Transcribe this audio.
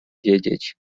wiedzieć